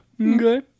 Okay